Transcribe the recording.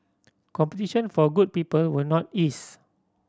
competition for good people will not ease